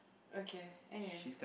okay anyway